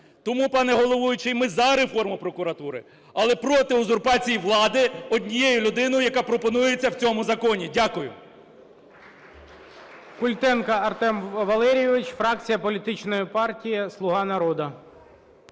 Тому, пане Головуючий, ми за реформу прокуратури. Але проти узурпації влади однією людиною, яка пропонується в цьому законі. Дякую.